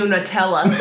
Nutella